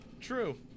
True